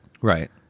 right